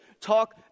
talk